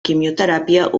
quimioteràpia